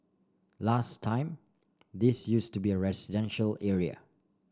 last time this use to be a residential area